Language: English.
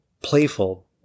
playful